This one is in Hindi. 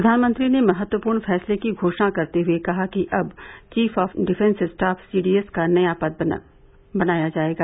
प्रधानमंत्री ने महत्वपूर्ण फैसले की घोषणा करते हुए कहा कि अब chief of defence staff CDS का नया पद बनाया जायेगा